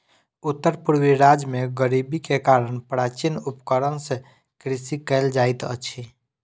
उत्तर पूर्वी राज्य में गरीबी के कारण प्राचीन उपकरण सॅ कृषि कयल जाइत अछि